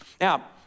Now